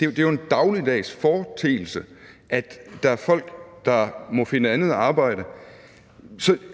Det er jo en dagligdags foreteelse, at der er folk, der må finde andet arbejde.